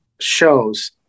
Shows